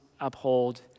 uphold